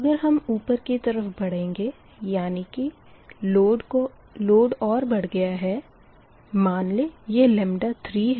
अगर हम ऊपर की तरफ़ बढ़ेंगे यानी की लोड और बढ़ गया है मान लें यह 3 है